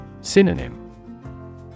Synonym